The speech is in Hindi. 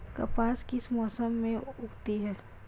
कपास किस मौसम में उगती है?